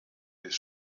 des